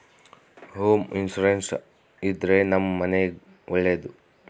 home insurance ಇದ್ರೆ ನಮ್ ಮನೆಗ್ ಒಳ್ಳೇದು